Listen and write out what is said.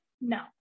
No